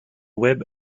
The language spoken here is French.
web